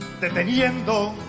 deteniendo